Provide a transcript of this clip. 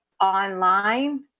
online